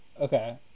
Okay